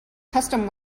custom